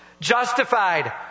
Justified